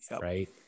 Right